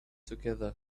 together